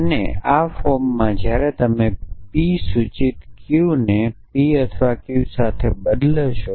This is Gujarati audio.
તેથી ફરીથી આ ફોર્મમાં જ્યારે તમે P → Q ને P અથવા Q સાથે બદલો